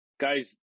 Guys